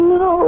no